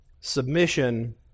submission